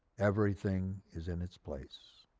everything is in its place.